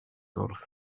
wrth